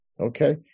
okay